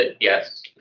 Yes